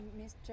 Mr